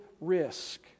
risk